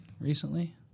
recently